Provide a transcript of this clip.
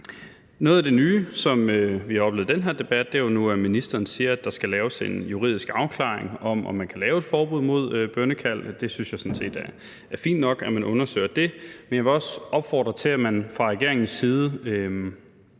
Noget af det nye, som vi har oplevet i den her debat, er jo, at ministeren nu siger, at der skal laves en juridisk afklaring af, om man kan lave et forbud mod bønnekald, og jeg synes sådan set, det er fint nok, at man undersøger det. Men jeg vil også opfordre til, at man fra regeringens side